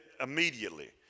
immediately